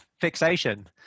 fixation